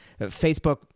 Facebook